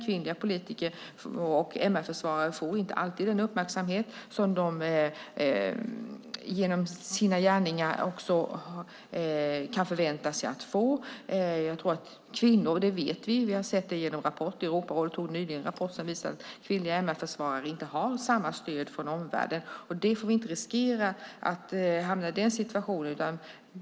Kvinnliga politiker och MR-försvarare får inte alltid den uppmärksamhet som de genom sina gärningar kan förvänta sig att få. Vi vet genom rapporter, bland annat en som nyligen kom från Europarådet, att kvinnliga MR-försvarare inte har samma stöd från omvärlden. Vi får inte riskera att hamna i en sådan situation.